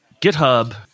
GitHub